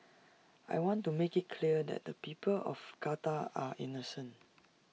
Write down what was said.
I want to make clear that the people of Qatar are innocent